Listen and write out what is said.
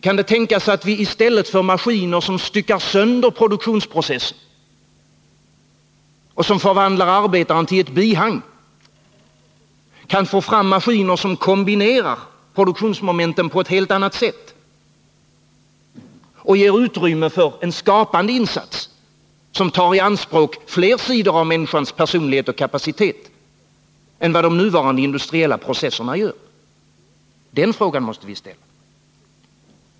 Kan det tänkas att vi i stället för maskiner, som styckar sönder produktionsprocessen och som förvandlar arbetaren till ett bihang, kan få fram maskiner, som kombinerar produktionsmomenten på ett helt annat sätt och ger utrymme för en skapande insats, som tar i anspråk fler sidor av människans personlighet och kapacitet än vad de nuvarande industriella processerna gör?